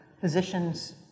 physicians